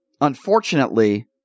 Unfortunately